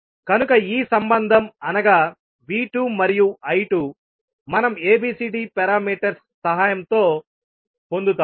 కనుక ఈ సంబంధం అనగా V2 మరియు I2 మనం ABCD పారామీటర్స్ సహాయంతో పొందుతాము